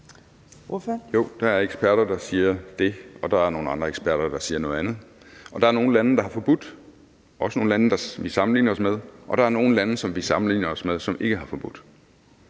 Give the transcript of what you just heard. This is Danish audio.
der er eksperter, der siger det, og der er nogle andre eksperter, der siger noget andet. Og der er nogle lande, der har forbudt det – også nogle lande, vi sammenligner os med – og der er nogle lande, som vi sammenligner os med, som ikke har forbudt